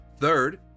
Third